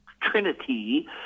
trinity